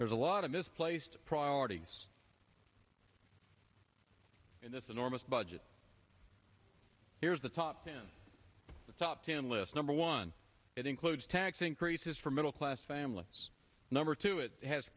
there's a lot of misplaced priorities in this enormous budget here's the top ten the top ten list number one it includes tax increases for middle class families number two it has